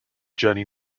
journey